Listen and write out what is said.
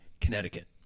Connecticut